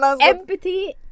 empathy